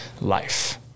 life